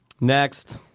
Next